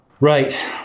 Right